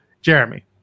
Jeremy